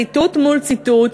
ציטוט מול ציטוט,